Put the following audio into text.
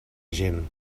gent